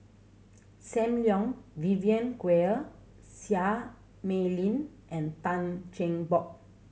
Sam Leong Vivien Quahe Seah Mei Lin and Tan Cheng Bock